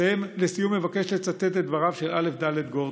לסיום אבקש לצטט את דבריו של א"ד גורדון: